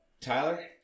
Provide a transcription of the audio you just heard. Tyler